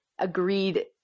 agreed